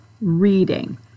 reading